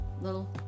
little